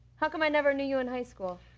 how come i never knew you in high school?